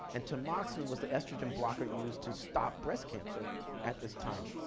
and tamoxifen was the estrogen blocker used to stop breast cancer at this time.